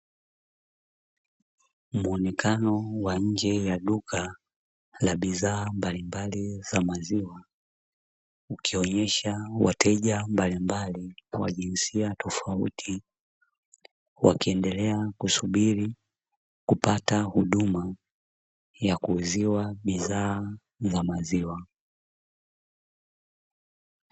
Muonekano wa nje ya duka la bidhaa mbalimbali za maziwa, ukionyesha wateja mbalimbali wa jinsia tofauti wakiendelea kusubiri kupata huduma ya kuuziwa bidhaa za maziwa.